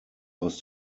aus